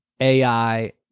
AI